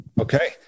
Okay